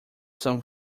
some